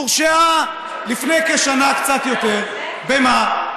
הורשעה לפי כשנה, קצת יותר, במה?